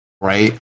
right